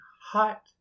hot